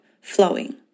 flowing